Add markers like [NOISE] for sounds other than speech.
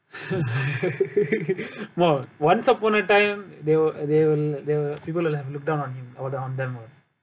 [LAUGHS] well once upon a time there were there were there were people who'll have looked down on him or the on them all